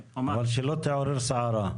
משפט אחד, אבל שלא תעורר סערה.